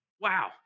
Wow